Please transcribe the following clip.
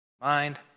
Mind